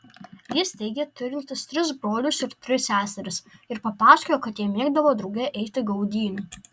jis teigė turintis tris brolius ir tris seseris ir papasakojo kad jie mėgdavo drauge eiti gaudynių